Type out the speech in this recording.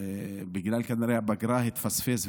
וכנראה בגלל הפגרה היא התפספסה,